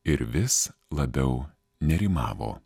ir vis labiau nerimavo